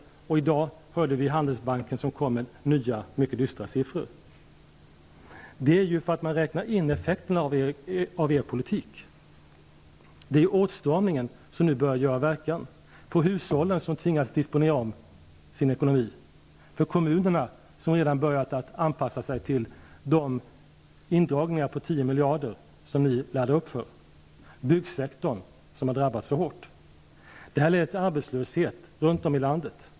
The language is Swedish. I dag har Handelsbanken kommit med nya, mycket dystra siffror. Det är för att man räknar in effekterna av er politik. Det är åtstramningen som börjar göra verkan. Hushållen tvingas disponera om sin ekonomi. Kommunerna har redan börjat anpassa sig till de indragningar på 10 miljarder ni laddar upp för. Byggsektorn drabbas hårt. Det här har lett till arbetslöshet runt om i landet.